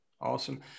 Awesome